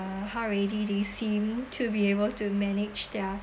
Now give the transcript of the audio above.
uh how ready they seem to be able to manage their